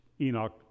Enoch